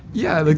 yeah, like